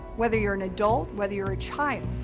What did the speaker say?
whether you're an adult, whether you're a child.